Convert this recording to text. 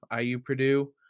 IU-Purdue